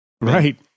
Right